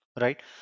right